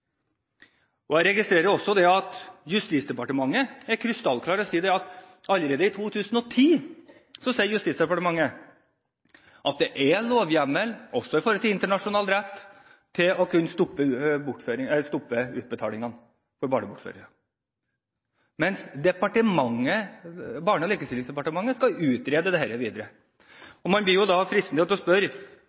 Jeg registrerer også at Justisdepartementet er krystallklare: i 2010 sier de at det er lovhjemmel, også i forhold til internasjonal rett, til å kunne stoppe utbetalinger til barnebortførere, mens Barne- og likestillingsdepartementet skal utrede dette videre. Da blir man fristet til å spørre: